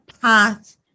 path